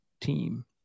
team